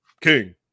King